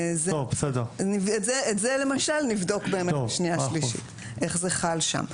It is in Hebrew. את זה למשל נבדוק בשנייה ושלישית, איך זה חל שם.